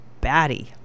batty